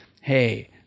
hey